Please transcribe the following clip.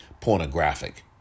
pornographic